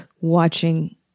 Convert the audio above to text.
watching